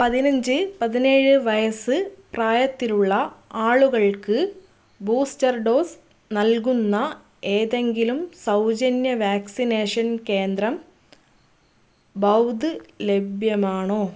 പതിനഞ്ച് പതിനേഴ് വയസ്സ് പ്രായത്തിലുള്ള ആളുകൾക്ക് ബൂസ്റ്റർ ഡോസ് നൽകുന്ന ഏതെങ്കിലും സൗജന്യ വാക്സിനേഷൻ കേന്ദ്രം ബൗധ് ലഭ്യമാണോ